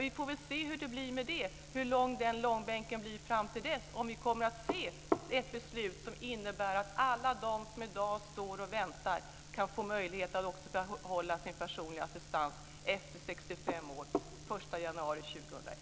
Vi får väl se hur det blir med det. Hur lång kommer långbänken fram till dess att bli? Kommer vi att få ett beslut som innebär att alla de som i dag står och väntar får möjlighet att fr.o.m.